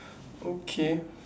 okay